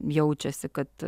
jaučiasi kad